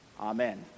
Amen